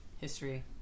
history